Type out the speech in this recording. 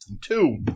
Two